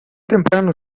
temprano